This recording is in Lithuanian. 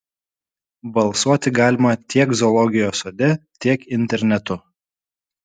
balsuoti galima tiek zoologijos sode tiek internetu